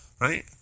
right